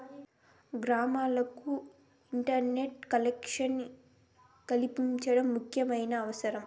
గ్రామాలకు internet collection కల్పించడం ముఖ్యమైన అవసరం